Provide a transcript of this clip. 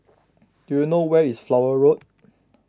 do you know where is Flower Road